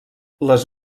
les